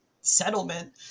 settlement